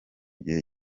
gihe